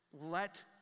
let